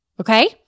okay